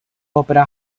opera